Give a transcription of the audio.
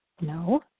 No